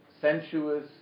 sensuous